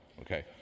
Okay